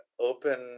open